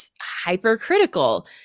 hypercritical